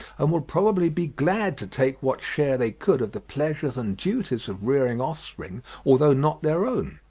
and would probably be glad to take what share they could of the pleasures and duties of rearing offspring although not their own.